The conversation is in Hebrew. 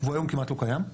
והיום הוא כמעט לא קיים.